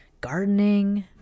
Gardening